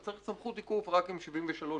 אז צריך את סמכות עיכוב רק עם 73 ו-74,